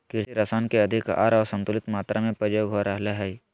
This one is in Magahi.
कृषि रसायन के अधिक आर असंतुलित मात्रा में प्रयोग हो रहल हइ